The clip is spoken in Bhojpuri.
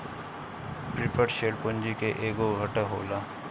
प्रिफर्ड शेयर पूंजी के एगो घटक होला